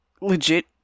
legit